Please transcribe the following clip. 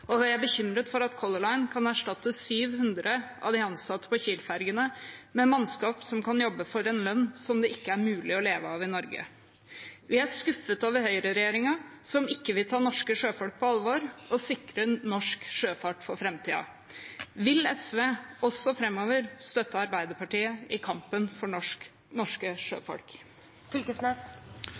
og jeg er bekymret for at Color Line kan erstatte 700 av de ansatte på Kiel-ferjene med mannskap som kan jobbe for en lønn som det ikke er mulig å leve av i Norge. Vi er skuffet over høyreregjeringen, som ikke vil ta norske sjøfolk på alvor og sikre norsk sjøfart for framtiden. Vil SV – også framover – støtte Arbeiderpartiet i kampen for norske sjøfolk?